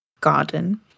garden